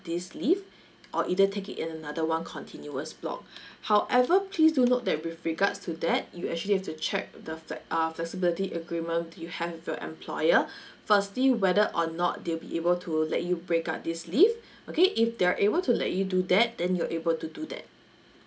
this leave or either take it in another one continuous block however please do note that with regards to that you actually have to check the fle~ uh flexibility agreement you have with your employer firstly whether or not they'll be able to let you break up this leave okay if they're able to let you do that then you're able to do that